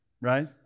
right